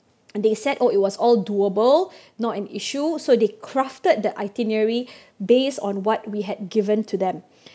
and they said oh it was all doable not an issue so they crafted the itinerary based on what we had given to them